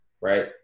right